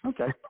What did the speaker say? Okay